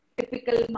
typical